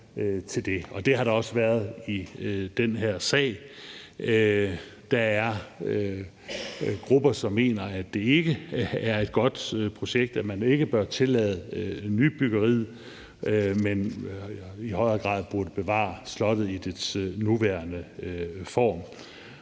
det har der også været i den her sag. Der er grupper, som mener, at det ikke er et godt projekt, og at man ikke bør tillade nybyggeriet, men at man i højere grad burde bevare slotte i dets nuværende form.